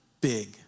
big